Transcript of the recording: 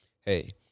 hey